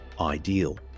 ideal